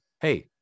hey